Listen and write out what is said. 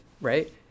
Right